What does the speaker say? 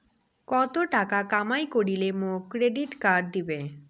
কত টাকা কামাই করিলে মোক ক্রেডিট কার্ড দিবে?